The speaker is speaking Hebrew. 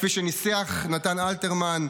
כפי שניסח נתן אלתרמן,